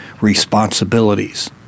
responsibilities